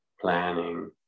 planning